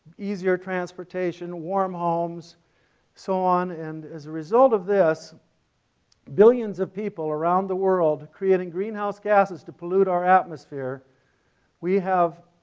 easier transportation, warm homes so on and as a result of this billions of people around the world creating greenhouse gases to pollute our atmosphere we have